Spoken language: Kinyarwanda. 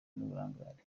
n’uburangare